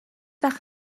وقت